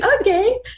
okay